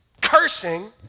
cursing